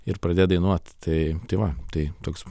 ir pradėt dainuot tai tai va tai toks